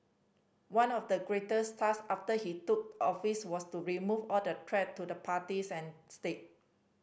one of the greatest task after he took office was to remove all threat to the parties and state